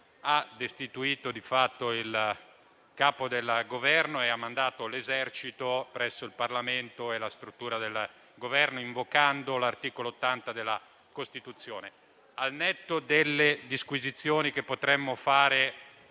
ha destituito di fatto il Capo del Governo e ha inviato l'esercito presso le sedi del Parlamento e del Governo, invocando l'articolo 80 della Costituzione. Al netto delle disquisizioni che potremmo fare